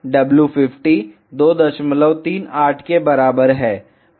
w 50 238 के बराबर है